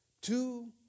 Two